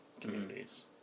communities